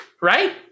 right